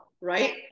right